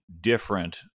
different